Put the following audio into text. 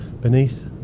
Beneath